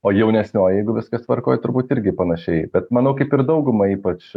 o jaunesnioji jeigu viskas tvarkoj turbūt irgi panašiai bet manau kaip ir dauguma ypač